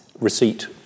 receipt